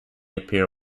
appear